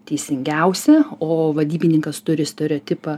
teisingiausia o vadybininkas turi stereotipą